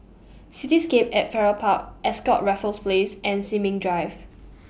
Cityscape At Farrer Park Ascott Raffles Place and Sin Ming Drive